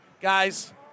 guys